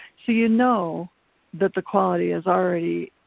so you know that the quality is already